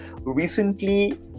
Recently